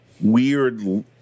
weird